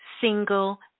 single